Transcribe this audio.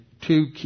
two